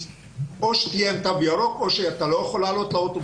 או שיהיה להם תו ירוק או שלא יוכלו לעלות לאוטובוס.